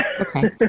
Okay